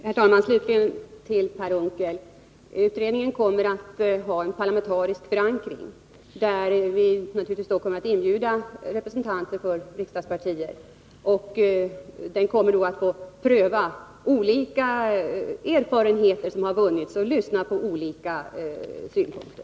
Herr talman! Slutligen vill jag säga till Per Unckel att utredningen kommer att ha en parlamentarisk förankring; vi kommer att inbjuda representanter för riksdagspartier att delta i den. Utredningen kommer att få pröva olika erfarenheter som vunnits och lyssna på olika synpunkter.